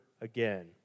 again